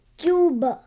cube